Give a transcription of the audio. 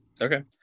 Okay